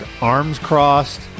arms-crossed